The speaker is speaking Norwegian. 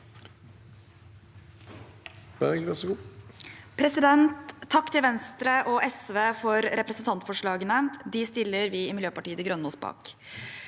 Takk til Venstre og SV for representantforslagene. Dem stiller vi i Miljøpartiet de Grønne oss bak.